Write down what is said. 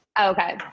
Okay